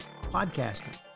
podcasting